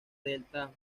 delta